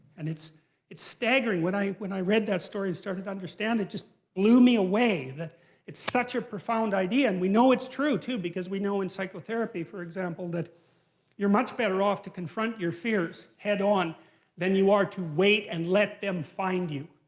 and it's it's staggering when i when i read that story and started to understand it, it just blew me away. that it's such a profound idea, and we know it's true too because we know in psychotherapy, for example, that you're much better off to confront your fears head on than you are to wait and let them find you.